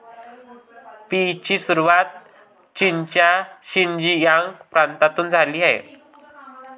पीचची सुरुवात चीनच्या शिनजियांग प्रांतातून झाली